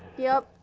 yep.